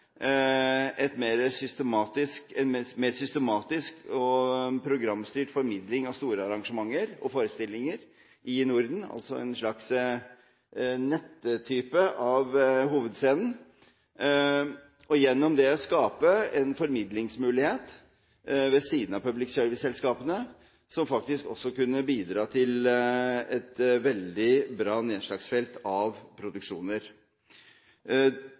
en mer systematisk og programstyrt formidling av store arrangementer og forestillinger i Norden, altså en slags nettype av hovedscenen, og gjennom det skape en formidlingsmulighet ved siden av public service-selskapene, som faktisk også kunne bidra til et veldig bra nedslagsfelt for produksjoner.